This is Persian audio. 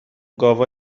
گاوا